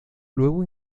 luego